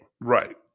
Right